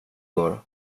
går